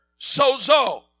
sozo